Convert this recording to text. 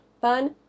Fun